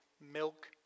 milk